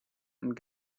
und